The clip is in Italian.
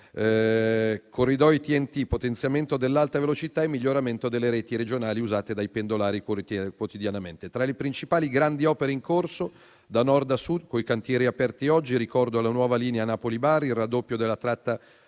corridoi TNT, potenziamento dell'Alta velocità e miglioramento delle reti regionali usate dai pendolari quotidianamente. Tra le principali grandi opere in corso da Nord a Sud con i cantieri aperti oggi, ricordo la nuova linea Napoli-Bari; il raddoppio della tratta